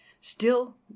Still